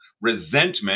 resentment